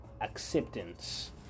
acceptance